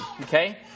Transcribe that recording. okay